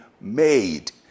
made